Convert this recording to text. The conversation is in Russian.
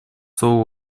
слово